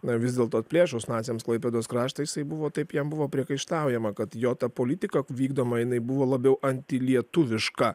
na vis dėlto atplėšus naciams klaipėdos kraštą jisai buvo taip jam buvo priekaištaujama kad jo ta politika vykdoma jinai buvo labiau antilietuviška